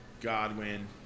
Godwin